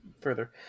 further